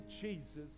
Jesus